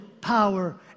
power